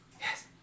Yes